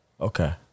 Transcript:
Okay